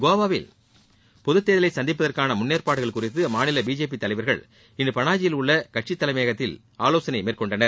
கோவாவில் பொதுத்தேர்தலை சந்திப்பதற்கான முன்னேற்பாடுகள் குறித்து அம்மாநில பிஜேபி தலைவர்கள் இன்று பனாஜியில் உள்ள கட்சித் தலைமையகத்தில் ஆலோசனை மேற்கொண்டனர்